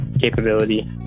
capability